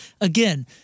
Again